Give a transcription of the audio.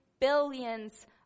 billions